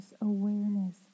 awareness